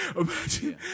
Imagine